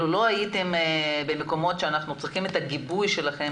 אלמלא הייתם במקומות שבהם אנחנו צריכים את הגיבוי שלכם